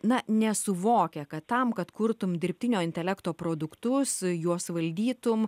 na nesuvokia kad tam kad kurtum dirbtinio intelekto produktus juos valdytum